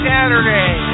Saturday